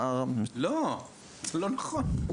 לא, לא נכון.